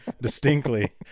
distinctly